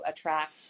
attract